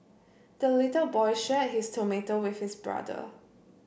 the little boy shared his tomato with his brother